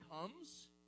comes